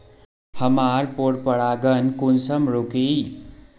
हमार पोरपरागण कुंसम रोकीई?